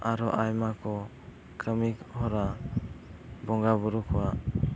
ᱟᱨᱦᱚᱸ ᱟᱭᱢᱟ ᱠᱚ ᱠᱟᱹᱢᱤ ᱦᱚᱨᱟ ᱵᱚᱸᱜᱟᱼᱵᱩᱨᱩ ᱠᱚᱣᱟᱜ